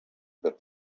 that